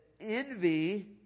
envy